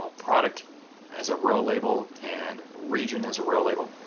ah product as a row label and region as a row label.